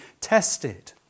tested